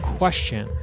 question